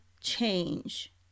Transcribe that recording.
change